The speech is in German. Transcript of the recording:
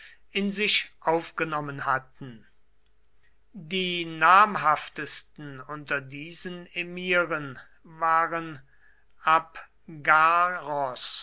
in sich aufgenommen hatten die namhaftesten unter diesen emiren waren abgaros